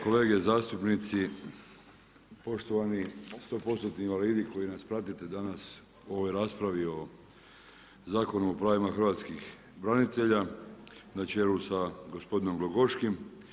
Kolege zastupnici, poštovani 100% invalidi koji nas pratite danas u ovoj raspravi o Zakonu o pravima hrvatskih branitelja na čelu sa gospodinom Glogoškim.